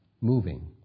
moving